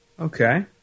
Okay